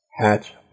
Hatch